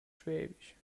schwäbisch